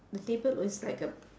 the table looks like a